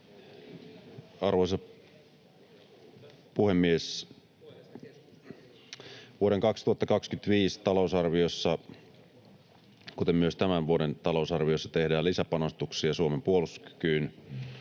Arvoisa puhemies! Vuoden 2025 talousarviossa, kuten oli myös tämän vuoden talousarviossa, tehdään lisäpanostuksia Suomen puolustuskykyyn,